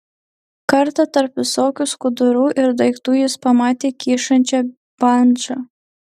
kartą tarp visokių skudurų ir daiktų jis pamatė kyšančią bandžą